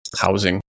housing